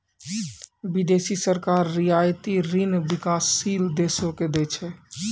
बिदेसी सरकार रियायती ऋण बिकासशील देसो के दै छै